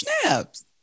snaps